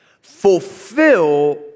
fulfill